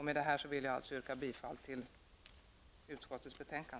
Med detta vill jag yrka bifall till utskottets hemställan.